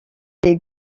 les